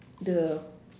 the